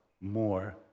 more